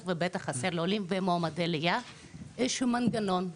לעולים ומועמדי עלייה הוא איזשהו מנגנון,